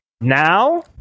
now